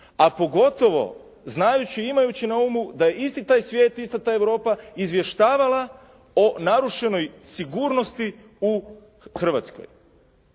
a pogotovo znajući i imajući na umu da je isti taj svijet, ista ta Europa izvještavala o narušenoj sigurnosti u Hrvatskoj.